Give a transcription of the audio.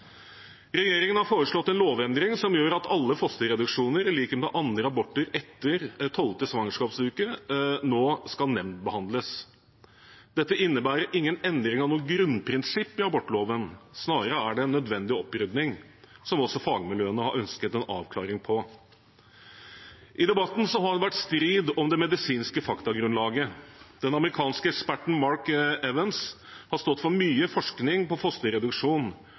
Regjeringen har foreslått en lovendring som gjør at alle fosterreduksjoner, i likhet med andre aborter etter 12. svangerskapsuke, nå skal nemndbehandles. Dette innebærer ingen endring av noe grunnprinsipp i abortloven, snarere er det en nødvendig opprydning, som også fagmiljøene har ønsket en avklaring på. I debatten har det vært strid om det medisinske faktagrunnlaget. Den amerikanske eksperten Mark Evans har stått for mye forskning på fosterreduksjon,